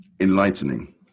Enlightening